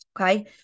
Okay